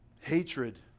Hatred